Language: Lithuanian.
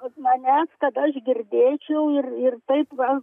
ant manęs kad aš girdėčiau ir ir taip va